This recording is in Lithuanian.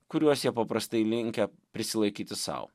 kuriuos jie paprastai linkę prisilaikyti sau